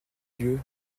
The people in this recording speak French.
yeux